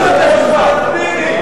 פלסטינים.